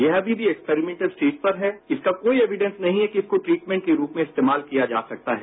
यह अभी भी एक्सपेरिमेंटल के स्टेज पर है इसका कोई एविडेंस नहीं है कि इसको ट्रीटमेंट के रूप में इस्तेमाल किया जा सकता है